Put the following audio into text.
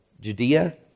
Judea